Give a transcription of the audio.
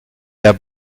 der